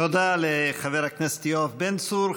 תודה לחבר הכנסת יואב בן צור.